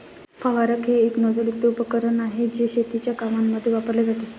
फवारक हे एक नोझल युक्त उपकरण आहे, जे शेतीच्या कामांमध्ये वापरले जाते